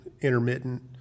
intermittent